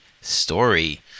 story